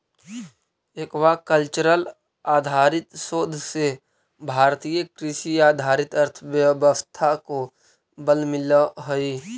aquacultural आधारित शोध से भारतीय कृषि आधारित अर्थव्यवस्था को बल मिलअ हई